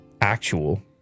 actual